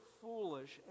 foolish